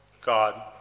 God